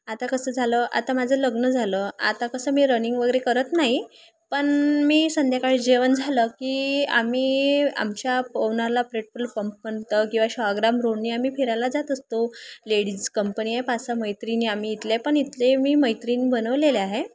आता कसं झालं आता माझं लग्न झालं आता कसं मी रनिंग वगैरे करत नाही पण मी संध्याकाळी जेवण झालं की आम्ही आमच्या पवनारला प्रेट्रोल पंपापर्यंत किंवा शाहाग्राम रोडनी आम्ही फिरायला जात असतो लेडीज कंपनी आहे पाच सहा मैत्रिणी आम्ही इथल्या पण इथले मी मैत्रिणी बनवलेले आहे